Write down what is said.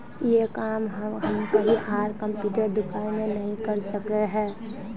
ये काम हम कहीं आर कंप्यूटर दुकान में नहीं कर सके हीये?